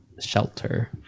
shelter